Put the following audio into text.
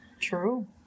True